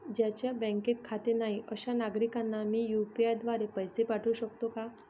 ज्यांचे बँकेत खाते नाही अशा नागरीकांना मी यू.पी.आय द्वारे पैसे पाठवू शकतो का?